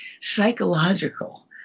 psychological